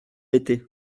été